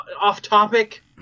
off-topic